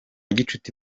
gishuti